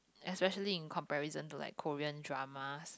especially in comparison to like Korean dramas